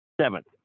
Seventh